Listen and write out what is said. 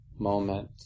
moment